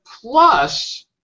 plus